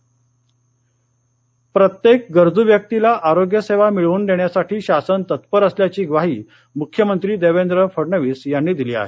अटल आरोग्य पालघर प्रत्येक गरजू व्यक्तीला आरोग्य सेवा मिळवून देण्यासाठी शासन तत्पर असल्याची ग्वाही मुख्यमंत्री देवेंद्र फडणवीस यांनी दिली आहे